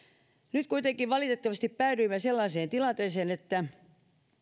nyt kuitenkin valitettavasti päädyimme sellaiseen tilanteeseen että